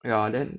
ya then